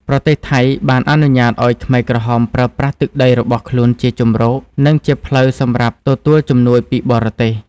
ប្រទេសថៃបានអនុញ្ញាតឱ្យខ្មែរក្រហមប្រើប្រាស់ទឹកដីរបស់ខ្លួនជាជម្រក និងជាផ្លូវសម្រាប់ទទួលជំនួយពីបរទេស។